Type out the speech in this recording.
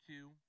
two